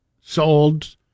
sold